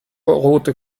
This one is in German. rote